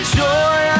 joy